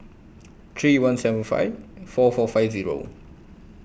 three one seven five four four five Zero